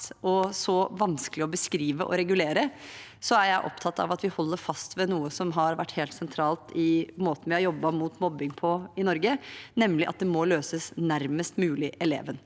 og så vanskelig å beskrive og regulere, er jeg opptatt av at vi holder fast ved noe som har vært helt sentralt i måten vi har jobbet mot mobbing på i Norge, nemlig at det må løses nærmest mulig eleven.